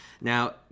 Now